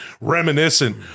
reminiscent